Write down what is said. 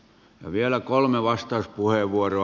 vielä kolme vastauspuheenvuoroa